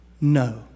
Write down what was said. No